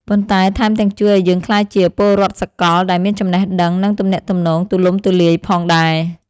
ប៉ុន្តែថែមទាំងជួយឱ្យយើងក្លាយជា ពលរដ្ឋសកល ដែលមានចំណេះដឹង និងទំនាក់ទំនងទូលំទូលាយផងដែរ។